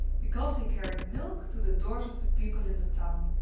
because he carried milk to the doors of the people in the town,